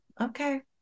okay